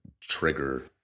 trigger